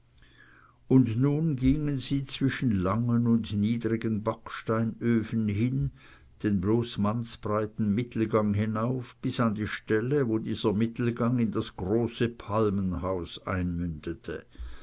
und nun gingen sie zwischen langen und niedrigen backsteinöfen hin den bloß mannsbreiten mittelgang hinauf bis an die stelle wo dieser mittelgang in das große palmenhaus einmündete